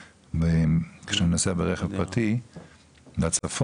כשאני נוסע ברכב פרטי לצפון.